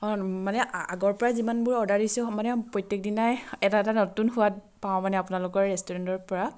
অঁ মানে আগৰ পৰাই যিমানবোৰ অৰ্ডাৰ দিছোঁ মানে প্ৰত্যেকদিনাই এটা এটা নতুন সোৱাদ পাওঁ মানে আপোনালোকৰ ৰেষ্টুৰেণ্টৰ পৰা